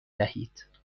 دهید